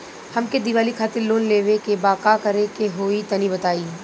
हमके दीवाली खातिर लोन लेवे के बा का करे के होई तनि बताई?